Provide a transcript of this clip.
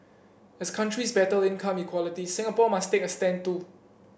as countries battle income inequality Singapore must take a stand too